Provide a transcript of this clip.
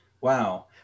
Wow